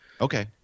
Okay